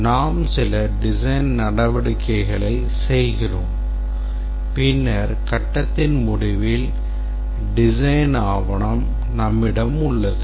நாம் சில design நடவடிக்கைகளைச் செய்கிறோம் பின்னர் கட்டத்தின் முடிவில் design ஆவணம் நம்மிடம் உள்ளது